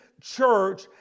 church